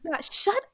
Shut